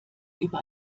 über